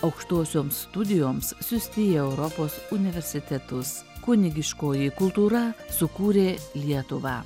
aukštosioms studijoms siųsti į europos universitetus kunigiškoji kultūra sukūrė lietuvą